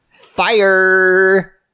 fire